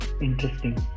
Interesting